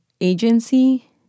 agency